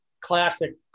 classic